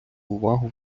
увагу